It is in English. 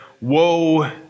woe